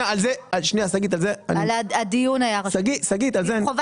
הדיון הזה חשוב